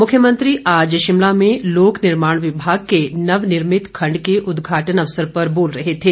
मुख्यमंत्री आज शिमला में लोक निर्माण विभाग के नवनिर्मित खंड के उद्घाटन अवसर पर बोल रहे थे